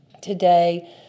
Today